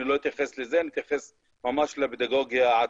אני לא אתייחס לזה אלא לפדגוגיה עצמה